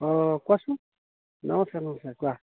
অঁ কোৱাচোন নমস্কাৰ নমস্কাৰ কোৱা